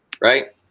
right